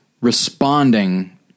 responding